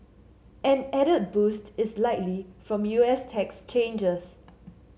an added boost is likely from U S tax changes